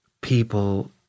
people